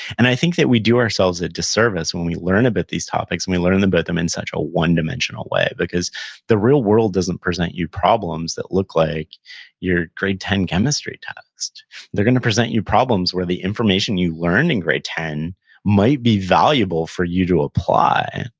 and i think that we do ourselves a disservice when we learn about these topics and we learn about them but them in such a one-dimensional way because the real world doesn't present you problems that look like your grade ten chemistry test they're gonna present you problems where the information you learned in grade ten might be valuable for you to apply,